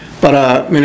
para